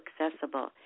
accessible